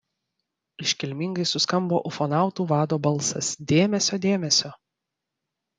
iškilmingai suskambo ufonautų vado balsas dėmesio dėmesio